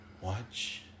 watch